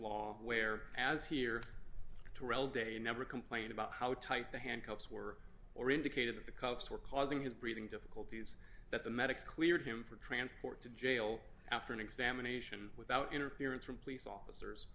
law where as here to l day never complained about how tight the handcuffs were or indicated that the cuffs were causing his breathing difficulties that the medics cleared him for transport to jail after an examination without interference from police officers